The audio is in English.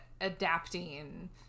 adapting